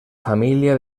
família